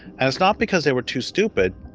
and it's not because they were too stupid,